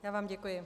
Já vám děkuji.